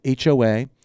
HOA